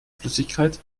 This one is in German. flüssigkeit